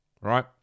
right